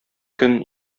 көн